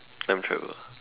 time travel